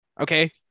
Okay